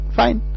fine